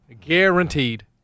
Guaranteed